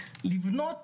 לבנות